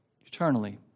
eternally